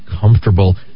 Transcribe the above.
comfortable